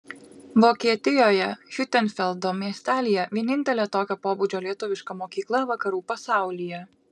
vokietijoje hiutenfeldo miestelyje vienintelė tokio pobūdžio lietuviška mokykla vakarų pasaulyje